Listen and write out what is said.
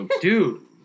Dude